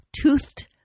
toothed